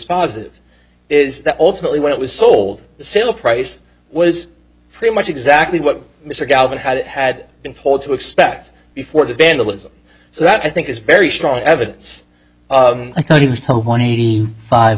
positive is that ultimately when it was sold the sale price was pretty much exactly what mr galvin had had been told to expect before the vandalism so that i think is very strong evidence i thought it was one eighty five